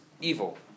evil